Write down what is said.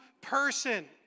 person